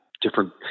different